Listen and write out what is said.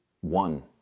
one